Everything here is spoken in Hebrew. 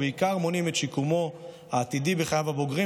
ובעיקר מונעים את שיקומו העתידי בחייו הבוגרים